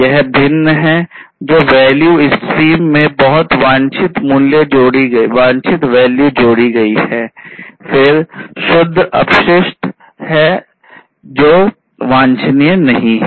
एक value added में बहुत वांछित वैल्यू जोड़ी गई है फिर शुद्ध अपशिष्ट है जो वांछनीय नहीं है